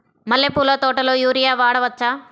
మల్లె పూల తోటలో యూరియా వాడవచ్చా?